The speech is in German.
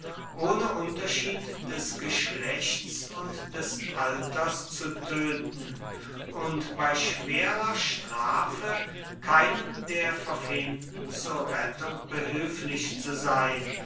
ohne unterschied des geschlechts und des alters zu töten und bei schwerer strafe keinem der verfemten zur rettung behilflich zu sein